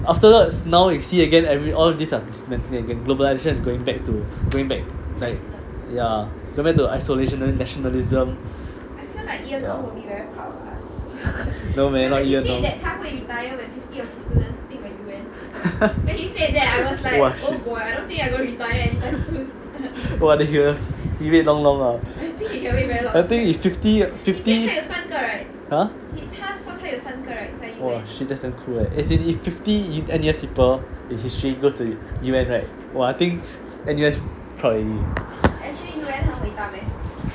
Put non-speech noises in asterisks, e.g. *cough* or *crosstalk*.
afterwards now you see again every all these are dismantling again globalisation is going back to going back to like ya going back to isolation nationalism no man not ian ong *laughs* !wah! shit !wah! he wait long long lah I think he fifty fifty !huh! !wah! shit that's damn cool eh as in like fifty N_U_S people in history goes to U_N right !wah! I think N_U_S proud already